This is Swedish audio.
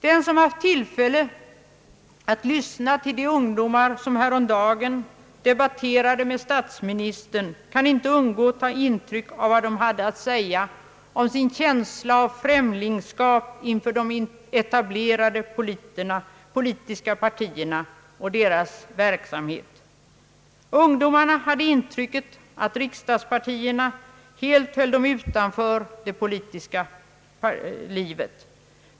Den som hade tillfälle att lyssna till de ungdomar som häromdagen debatterade med statsministern kunde inte undgå att ta intryck av vad de hade att säga om sin känsla av främlingskap inför de etablerade politiska partierna och deras verksamhet. Ungdomarna hade intrycket att riksdagspartierna helt höll dem utanför det politiska livet.